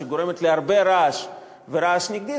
שגורמת להרבה רעש ורעש נגדי,